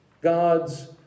God's